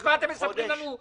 אז מה אתם מספרים לנו,